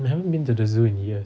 I haven't been to the zoo in years